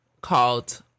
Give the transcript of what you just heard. called